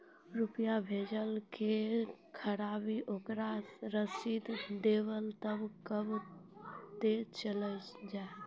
रुपिया भेजाला के खराब ओकरा रसीद देबे तबे कब ते चली जा?